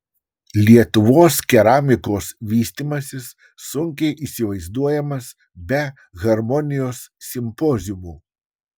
lietuvos keramikos vystymasis sunkiai įsivaizduojamas be harmonijos simpoziumų